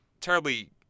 terribly